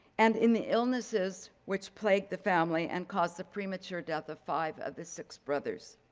and in the illnesses which plague the family and cause the premature death of five of the six brothers.